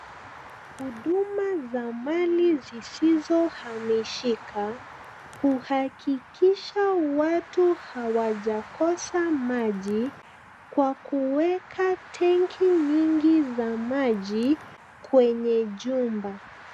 Huduma za mali zisizohamishika huhakikisha watu hawajakosa maji kwa kuweka tenki nyingi za maji kwenye jumba.